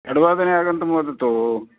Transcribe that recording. षड् वादने आगन्तुं वदतु